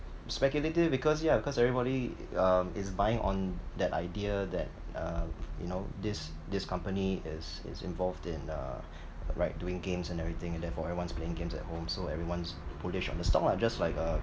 speculative because yeah because everybody um is buying on that idea that uh you know this this company is is involved in uh like doing games and everything and therefore everyone is playing games at home so everyone is bullish on the stock lah just like uh